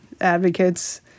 advocates